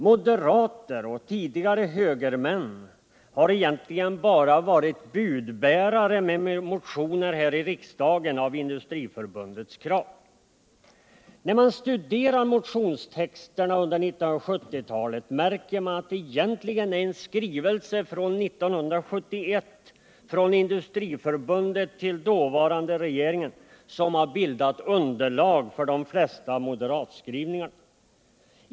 Moderater, och tidigare högermän, har här i riksdagen egentligen bara varit budbärare, som lagt fram motioner med Industriförbundets krav. När man studerar 1970-talets motionstexter märker man att det egentligen är en skrivelse 1971 från Industriförbundet till dåvarande regeringen som har bildat underlag för de flesta moderatskrivningarna.